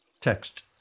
Text